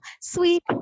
sweet